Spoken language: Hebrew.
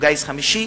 הוא גיס חמישי,